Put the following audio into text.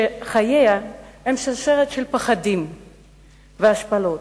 שחייה הם שרשרת פחדים והשפלות,